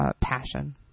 passion